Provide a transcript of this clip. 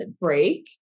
break